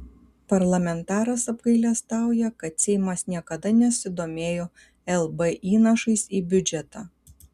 parlamentaras apgailestauja kad seimas niekada nesidomėjo lb įnašais į biudžetą